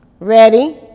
Ready